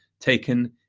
taken